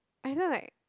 either like